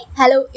hello